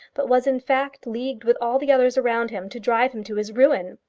but was in fact leagued with all the others around him to drive him to his ruin.